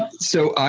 so,